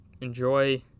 enjoy